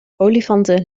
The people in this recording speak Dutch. olifanten